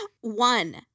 One